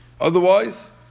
Otherwise